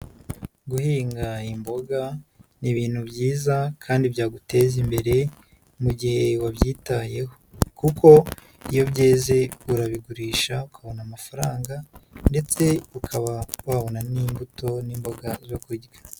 Guhinga imboga ni ibintu byiza kandi byaguteza imbere mu gihe wabyitayeho kuko iyo byeze urabigurisha ukabona amafaranga ndetse ukaba wabona n'imbuto n'imboga zo kurya.